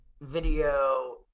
video